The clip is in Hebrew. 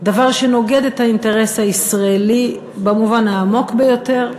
דבר שנוגד את האינטרס הישראלי במובן העמוק ביותר,